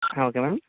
ಹಾಂ okay ma'am